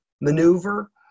maneuver